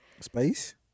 space